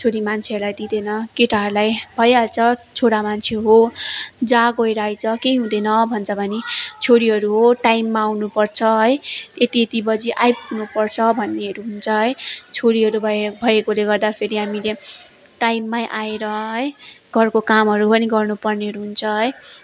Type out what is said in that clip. छोरी मान्छेहरूलाई दिँदैन केटाहरूलाई भइहाल्छ छोरा मान्छे हो जा गएर आइज केही हुँदैन भन्छ भने छोरीहरू हो टाइममा आउनुपर्छ है यति यति बजी आइपुग्नुपर्छ भन्नेहरू हुन्छ है छोरीहरू भए भएकोले गर्दाफेरि हामीले टाइममै आएर है घरको कामहरू पनि गर्नुपर्नेहरू हुन्छ है